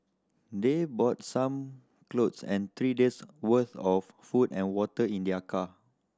they brought some clothes and three days'worth of food and water in their car